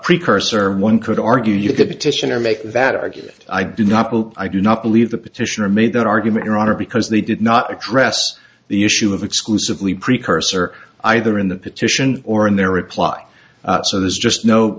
precursor one could argue you could petition or make that argument i do not i do not believe the petitioner made that argument your honor because they did not address the issue of exclusively precursor either in the petition or in their reply so there's just no